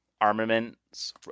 armaments